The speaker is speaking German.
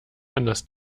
anders